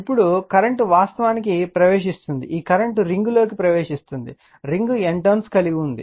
ఇప్పుడు కరెంట్ వాస్తవానికి ప్రవేశిస్తోంది ఈ కరెంట్ ఈ రింగ్లోకి ప్రవేశిస్తోంది రింగ్ N టర్న్స్ కలిగి ఉంది